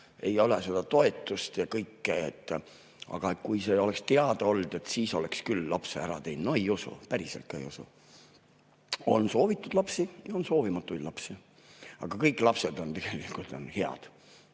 ei ole seda toetust ja kõike, aga kui see oleks teada olnud, siis oleks küll lapse ära teinud. No ei usu. Päriselt ka ei usu. On soovitud lapsi ja on soovimatuid lapsi, aga kõik lapsed on tegelikult